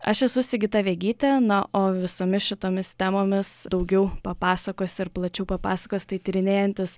aš esu sigita vegytė na o visomis šitomis temomis daugiau papasakos ir plačiau papasakos tai tyrinėjantis